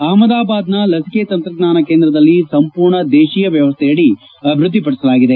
ಅಹಮದಾಬಾದ್ನ ಲಸಿಕೆ ತಂತ್ರಜ್ಞಾನ ಕೇಂದ್ರದಲ್ಲಿ ಸಂಪೂರ್ಣ ದೇಶೀಯ ವ್ಲವಸ್ಗೆಯಡಿ ಅಭಿವ್ಲದ್ದಿಪಡಿಸಲಾಗಿದೆ